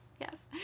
Yes